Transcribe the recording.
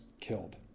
killed